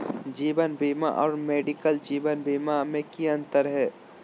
जीवन बीमा और मेडिकल जीवन बीमा में की अंतर है?